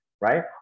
right